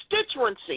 Constituency